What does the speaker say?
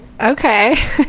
Okay